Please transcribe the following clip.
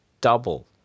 double